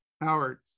Howard